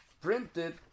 printed